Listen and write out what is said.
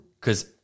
because-